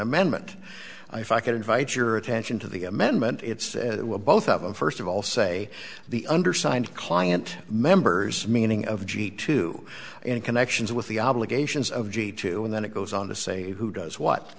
amendment if i could invite your attention to the amendment it's a both of them first of all say the undersigned client members meaning of g two in connections with the obligations of g two and then it goes on to say who does what